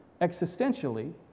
existentially